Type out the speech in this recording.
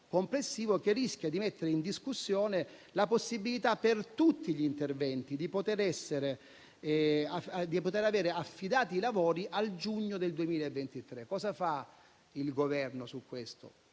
complessivo che rischia di mettere in discussione la possibilità per tutti gli interventi di avere affidati i lavori al giugno 2023. Cosa fa il Governo su questo?